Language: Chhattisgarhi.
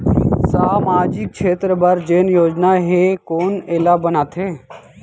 सामाजिक क्षेत्र बर जेन योजना हे कोन एला बनाथे?